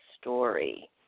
story